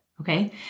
Okay